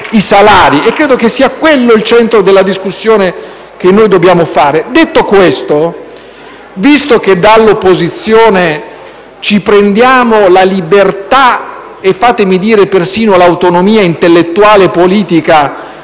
M5S)*. Credo che sia questo il centro della discussione che dobbiamo fare. Detto questo, visto che dall'opposizione ci prendiamo la libertà e - fatemi dire - persino l'autonomia intellettuale e politica